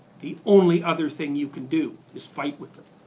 the only other thing you can do is fight with them.